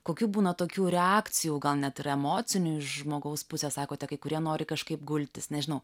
kokių būna tokių reakcijų gal net ir emocinių iš žmogaus pusės sakote kai kurie nori kažkaip gultis nežinau